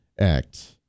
Act